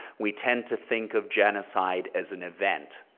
we tend to think of genocide as an event.